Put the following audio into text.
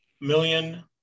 million